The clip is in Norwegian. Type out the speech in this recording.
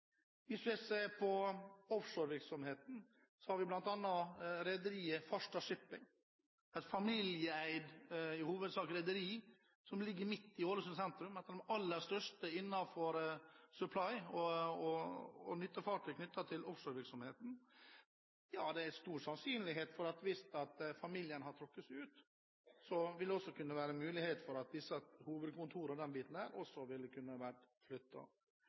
Hvis man ser på offshorevirksomheten, har vi bl.a. rederiet Farstad Shipping. Det er et familieeid – i hovedsak – rederi som ligger midt i Ålesund sentrum. Det er et av de aller største innenfor supply- og nyttefartøy knyttet til offshorevirksomheten. Det er stor sannsynlighet for, hvis familien hadde trukket seg ut, at disse hovedkontorene – og den biten der – ville bli flyttet. Det er